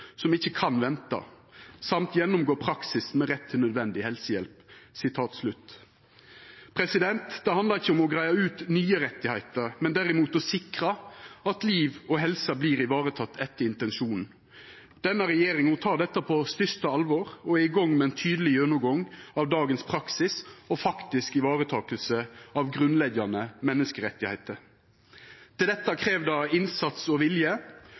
som ikke kan vente, samt gjennomgå praksisen med rett til nødvendig helsehjelp Det handlar ikkje om å greia ut nye rettar, men derimot sikra at liv og helse vert vareteke etter intensjonen. Denne regjeringa tek dette på største alvor og er i gang med ein tydeleg gjennomgang av dagens praksis og faktisk varetaking av grunnleggjande menneskerettar. Til dette krev det innsats og vilje,